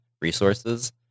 resources